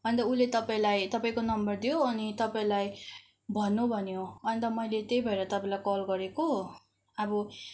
अन्त उसले तपाईँलाई तपाईँको नम्बर दियो अनि तपाईँलाई भन्नु भन्यो अन्त मैले त्यही भएर तपाईँलाई कल गरेको अब